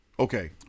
Okay